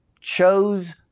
chose